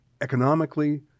economically